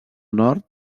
nord